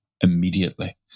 immediately